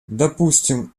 допустим